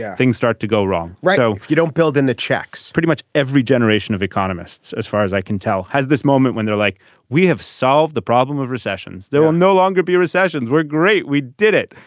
yeah things start to go wrong right. so you don't build in the checks pretty much every generation of economists as far as i can tell has this moment when they're like we have solved the problem of recessions. they will no longer be recessions we're great. we did it.